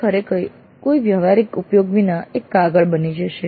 તે ખરેખર કોઈ વ્યવહારિક ઉપયોગ વિના એક કાગળ બની જશે